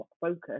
focus